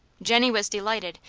jennie was delighted,